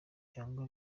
cyangwa